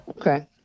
okay